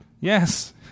Yes